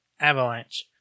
avalanche